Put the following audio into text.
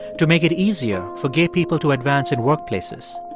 to make it easier for gay people to advance in workplaces,